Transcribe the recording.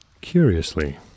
Curiously